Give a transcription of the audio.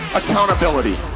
accountability